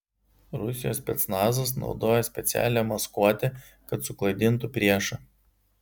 rusijos specnazas naudoja specialią maskuotę kad suklaidintų priešą